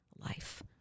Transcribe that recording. life